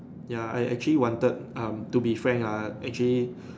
ya I actually wanted um to be frank ah actually